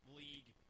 league